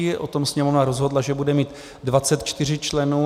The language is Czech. O tom Sněmovna rozhodla, že bude mít 24 členů.